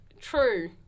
True